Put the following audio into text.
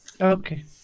Okay